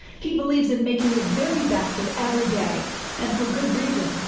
he believes in making the very best of every day and for good reason.